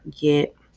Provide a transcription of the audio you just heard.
get